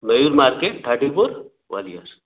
Mayur market thirty four Gwalior